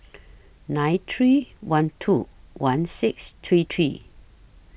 nine three one two one six three three